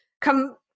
come –